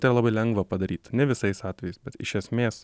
tai labai lengva padaryt ne visais atvejais bet iš esmės